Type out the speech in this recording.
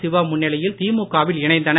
சிவா முன்னிலையில் திமுக வில் இணைந்தனர்